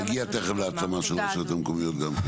נגיע תכף להעצמה של הרשויות המקומיות.